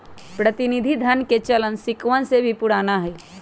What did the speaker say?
प्रतिनिधि धन के चलन सिक्कवन से भी पुराना हई